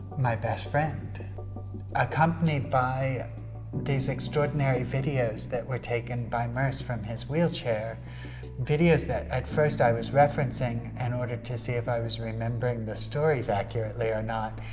my best friend accompanied by these extraordinary videos that were taken by merce from his wheelchair videos that at first i was referencing in order to see if i was remembering the stories accurately or not,